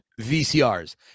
vcrs